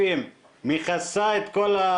יש הרבה ערים שיש לכם את ה,